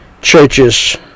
churches